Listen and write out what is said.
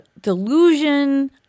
delusion